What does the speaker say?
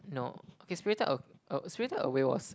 no okay spirited a~ a spirited away was